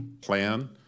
plan